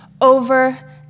over